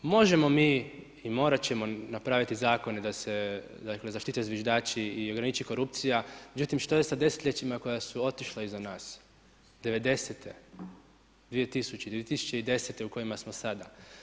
Možemo mi i morat ćemo napraviti zakone da se zaštite zviždači i ograniči korupcija, međutim šta je sa desetljećima koja su otišla iza nas, '90.-te, 2000., 2010. u kojima smo sada?